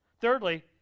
Thirdly